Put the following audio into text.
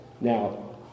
Now